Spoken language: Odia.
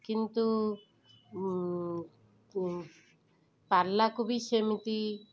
କିନ୍ତୁ ପାଲାକୁ ବି ସେମିତି